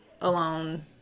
alone